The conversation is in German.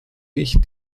ich